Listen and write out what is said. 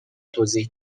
توضیح